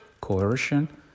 coercion